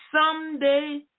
someday